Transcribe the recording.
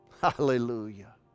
Hallelujah